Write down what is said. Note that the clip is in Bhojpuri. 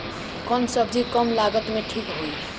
कौन सबजी कम लागत मे ठिक होई?